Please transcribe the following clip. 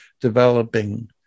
developing